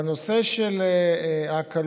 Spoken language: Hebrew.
בנושא של ההקלות,